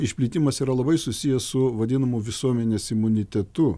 išplitimas yra labai susijęs su vadinamu visuomenės imunitetu